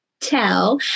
tell